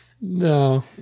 No